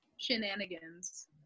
shenanigans